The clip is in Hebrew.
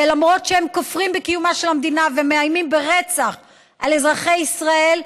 ולמרות שהם כופרים בקיומה של המדינה ומאיימים ברצח על אזרחי ישראל,